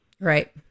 Right